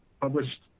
published